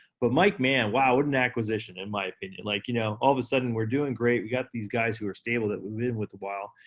but mike mann, wow, what an acquisition in my opinion. like, you know, all of a sudden we're doing great, we got these guys who are stable that we've been with a while,